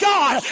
God